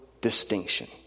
distinction